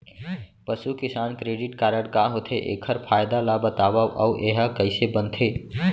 पसु किसान credit card का होथे, एखर फायदा ला बतावव अऊ एहा कइसे बनथे?